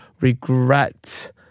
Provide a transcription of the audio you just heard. regret